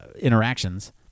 interactions